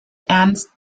ernst